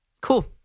Cool